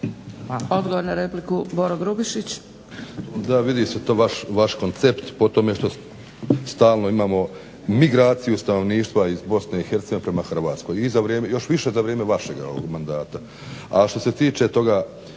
Odgovor na repliku Zoran Vinković.